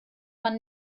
man